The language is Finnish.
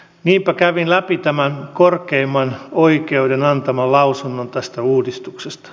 niinpä kävin läpi tämän korkeimman oikeuden antaman lausunnon tästä uudistuksesta